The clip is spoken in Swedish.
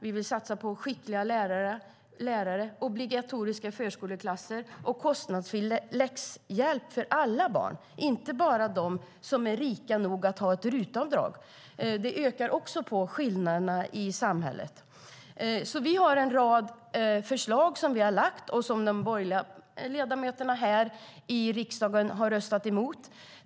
Vi vill satsa på skickliga lärare, obligatoriska förskoleklasser och kostnadsfri läxhjälp för alla barn, inte bara för dem som är rika nog att ha ett RUT-avdrag. Det ökar nämligen också skillnaderna i samhället. Vi har alltså en rad förslag som vi har lagt fram och som de borgerliga ledamöterna här i riksdagen har röstat emot.